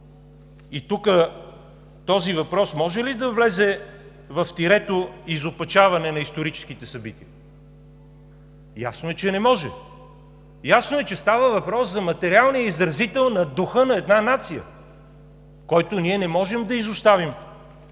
И тук, този въпрос може ли да влезе в тирето „изопачаване на историческите събития“? Ясно е, че не може. Ясно е, че става въпрос за материалния изразител на духа на една нация, който ние не можем да изоставим,